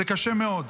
זה קשה מאוד.